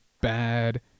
bad